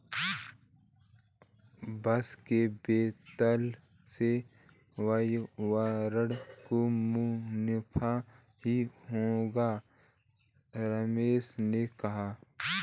बांस के बोतल से पर्यावरण को मुनाफा ही होगा रमेश ने कहा